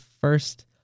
first